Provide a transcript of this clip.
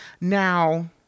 now